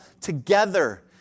together